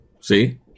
See